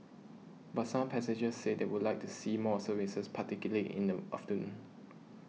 but some passengers said they would like to see more services particularly in the afternoon